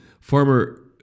Former